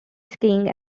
skiing